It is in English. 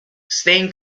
stained